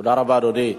תודה רבה, אדוני.